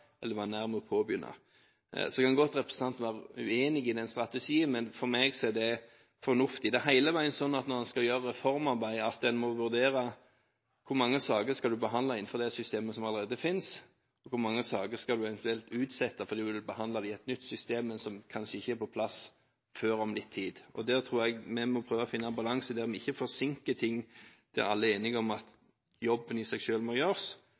eller var nær ved å påbegynne. Så kan godt representanten være uenig i den strategien, men for meg er det fornuftig. Det er hele veien sånn når man skal gjøre reformarbeid, at man må vurdere hvor mange saker man skal behandle innenfor det systemet som allerede finnes, og hvor mange saker man eventuelt skal utsette fordi man vil behandle dem i et nytt system som kanskje ikke er på plass før om litt tid. Der tror jeg vi må prøve å finne en balanse der vi ikke forsinker ting der alle er enige om at jobben i seg selv må gjøres,